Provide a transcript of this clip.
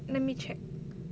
let me check